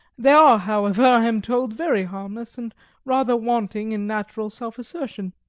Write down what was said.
they are, however, i am told, very harmless and rather wanting in natural self-assertion.